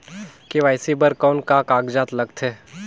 KYC बर कौन का कागजात लगथे?